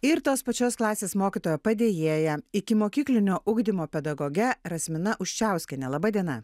ir tos pačios klasės mokytojo padėjėja ikimokyklinio ugdymo pedagoge rasmina uščiauskiene laba diena